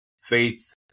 faith